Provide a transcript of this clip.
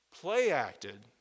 play-acted